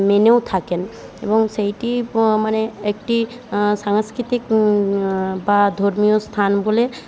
মেনেও থাকেন এবং সেটি মানে একটি সাংস্কৃতিক বা ধর্মীয় স্থান বলে